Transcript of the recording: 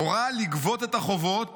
הורה לגבות את החובות